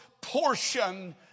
portion